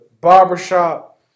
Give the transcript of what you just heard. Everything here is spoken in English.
barbershop